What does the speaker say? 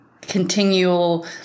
continual